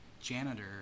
janitor